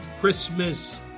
Christmas